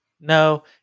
No